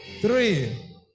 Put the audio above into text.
Three